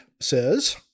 says